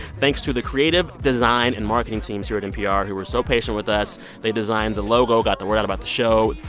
thanks to the creative design and marketing teams here at npr, who were so patient with us. they designed the logo, got the word out about the show.